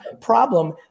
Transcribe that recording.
problem